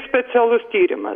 specialus tyrimas